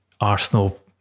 Arsenal